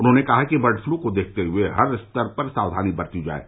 उन्होंने कहा कि बर्ड पलू को देखते हुए हर स्तर पर सावधानी बरती जाये